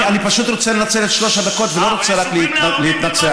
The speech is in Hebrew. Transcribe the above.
אני פשוט רוצה לנצל את שלוש הדקות ולא רוצה רק להתנצח איתך.